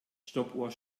stoppuhr